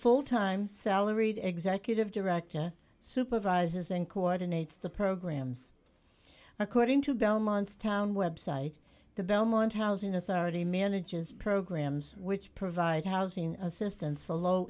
full time salaried executive director supervises and coordinates the programs according to belmont's town website the belmont housing authority manages programs which provide housing assistance for low